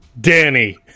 Danny